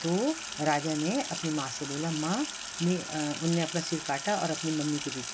तो राजा ने अपनी माँ से बोला माँ मैं उन्होंने अपने सिर काटा और मम्मी को दे दिया